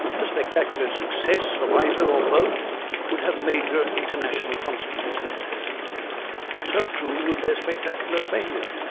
the spectacular success of either or both would have major international consequences but so too would their spectacular failure.